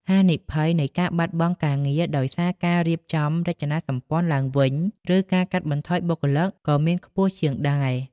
ហានិភ័យនៃការបាត់បង់ការងារដោយសារការរៀបចំរចនាសម្ព័ន្ធឡើងវិញ ឬការកាត់បន្ថយបុគ្គលិក ក៏មានខ្ពស់ជាងដែរ។